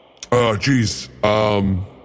jeez